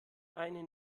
eine